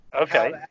Okay